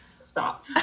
Stop